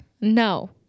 No